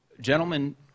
gentlemen